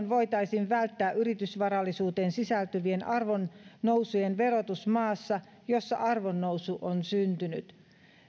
voitaisiin välttää yritysvarallisuuteen sisältyvien arvonnousujen verotus maassa jossa arvonnousu on syntynyt